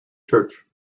church